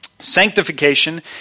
Sanctification